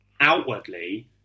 outwardly